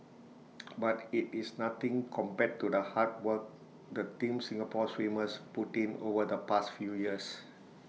but IT is nothing compared to the hard work the Team Singapore swimmers put in over the past few years